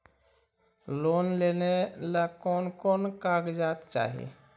Loan लेने ला कोन कोन कागजात चाही?